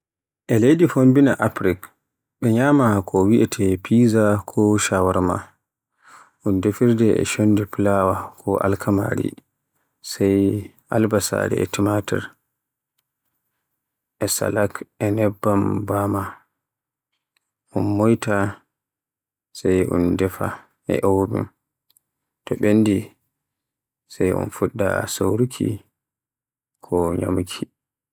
E leydi Fombina Afrik ɓe nyama ko wiyeete Pizza ko shawarma, un defirde e chondi fulaawa ko alkamaari sai albasare e tumatur, e salak, e nebban bana, un moyta, sai un defa e oven, to ɓendi sai un fuɗɗa soruki ko nyamki.